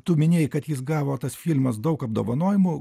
tu minėjai kad jis gavo tas filmas daug apdovanojimų